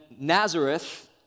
Nazareth